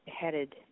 headed